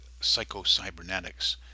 Psycho-Cybernetics